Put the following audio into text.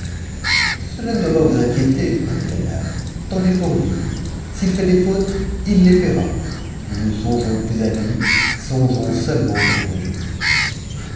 cela ne doit pas vous inquiéter reprit la dame tant pis pour lui s'il fait des fautes il les paiera ne songeons plus à lui songeons seulement à nous réjouir